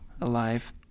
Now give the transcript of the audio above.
alive